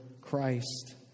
Christ